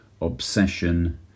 obsession